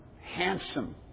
handsome